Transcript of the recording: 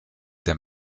der